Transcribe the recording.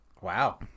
Wow